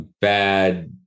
bad